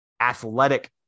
athletic